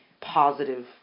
positive